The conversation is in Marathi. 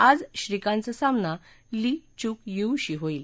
आज श्रीकांतचा सामना ली चुक यीऊ शी होईल